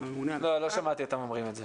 הממונה על השכר --- לא שמעתי אותם אומרים את זה.